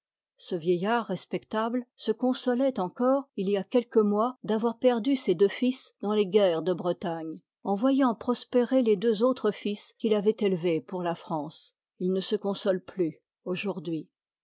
ce vieillard respectable se consoloit encore il y a quelques mois d'aa oir perdu ses deux fds dans les guerres de bretagne en voyant prospérer les deux autres fds qu'il avoit élevés pour la france il ne se console plus aujourd'hui